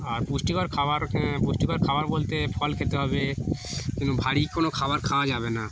আর পুষ্টিকর খাবার পুষ্টিকর খাবার বলতে ফল খেতে হবে কিন্তু ভারী কোনো খাবার খাওয়া যাবে না